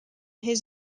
his